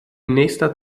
nächsten